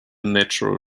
natural